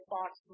Fox